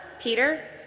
Peter